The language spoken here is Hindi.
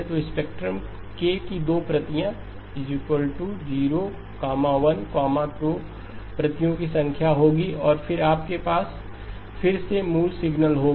तो स्पेक्ट्रम k की दो प्रतियाँ 01 2 प्रतियों की संख्या होगी और फिर आपके पास फिर से मूल सिग्नल होगा